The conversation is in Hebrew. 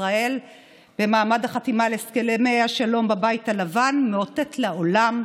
ישראל במעמד החתימה על הסכמי השלום בבית הלבן מאותתת לעולם,